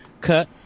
cut